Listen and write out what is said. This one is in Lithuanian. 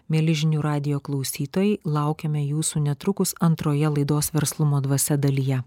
mieli žinių radijo klausytojai laukiame jūsų netrukus antroje laidos verslumo dvasia dalyje